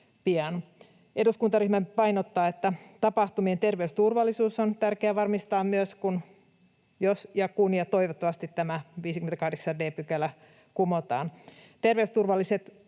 Eduskuntaryhmä painottaa, että tapahtumien terveysturvallisuus on tärkeä varmistaa myös, jos ja kun ja toivottavasti tämä 58 d § kumotaan.